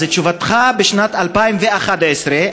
אז תשובתך בשנת 2011,